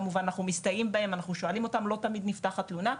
כמובן שאנחנו מסתייעים בהם ואנחנו שואלים אותם ולא תמיד נפתחת תלונה.